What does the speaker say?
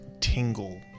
tingle